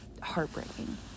heartbreaking